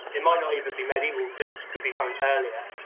it might not even be medieval. this could be something earlier.